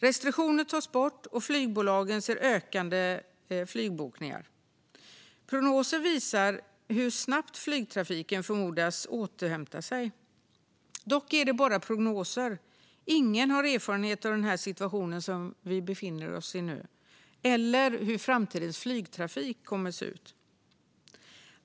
Restriktioner tas bort, och flygbolagen ser ökande flygbokningar. Prognoser visar hur snabbt flygtrafiken förmodas återhämta sig. Dock är det bara prognoser. Ingen har erfarenhet av den situation som vi befinner oss i nu eller vet hur framtidens flygtrafik kommer att se ut.